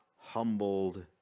humbled